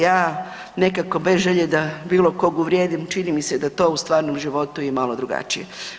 Ja nekako bez želje da bilo kog uvrijedim, čini mi se da to u stvarnom životu je malo drugačije.